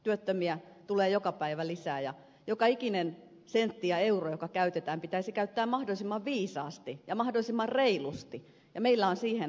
työttömiä tulee joka päivä lisää ja joka ikinen käytetty sentti ja euro pitäisi käyttää mahdollisimman viisaasti ja mahdollisimman reilusti ja meillä on siihen oma vaihtoehtomme